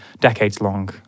decades-long